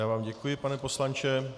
Já vám děkuji, pane poslanče.